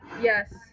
Yes